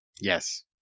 Yes